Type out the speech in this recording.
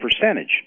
percentage